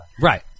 right